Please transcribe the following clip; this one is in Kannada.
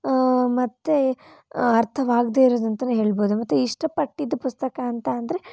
ಮತ್ತೆ ಅರ್ಥವಾಗದೇ ಇರೋದಂತಲೇ ಹೇಳ್ಬೋದು ಮತ್ತು ಇಷ್ಟಪಟ್ಟಿದ ಪುಸ್ತಕ ಅಂತ ಅಂದರೆ